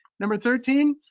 number thirteen,